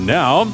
now